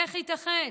איך ייתכן